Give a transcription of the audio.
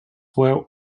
well